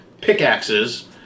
pickaxes